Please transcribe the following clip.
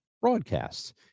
broadcasts